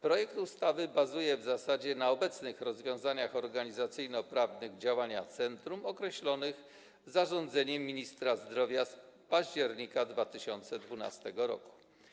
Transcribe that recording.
Projekt ustawy bazuje w zasadzie na obecnych rozwiązaniach organizacyjno-prawnych działania centrum określonych zarządzeniem ministra zdrowia z października 2012 r.